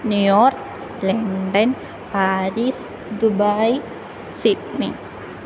New York London Paris Dubai Sydney